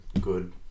good